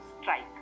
strike